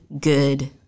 good